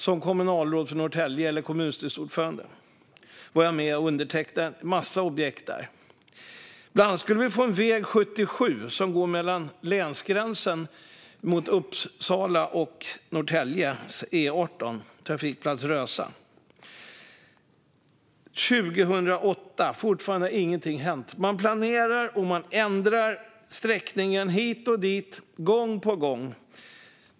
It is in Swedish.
Som kommunalråd - eller kommunstyrelseordförande - för Norrtälje var jag med och undertecknade en massa objekt där. Bland annat skulle vi få en väg 77 mellan länsgränsen mot Uppsala och Norrtäljes E18 vid Trafikplats Rösa. Detta var 2008, men fortfarande har ingenting hänt. Man planerar, och man ändrar sträckningen hit och dit och gång på gång.